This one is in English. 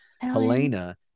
Helena